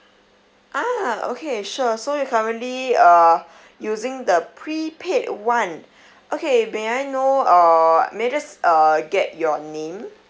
ah okay sure so you currently uh using the prepaid one okay may I know uh may I just uh get your name